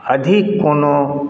अधिक कोनो